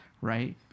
right